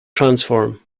transform